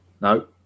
No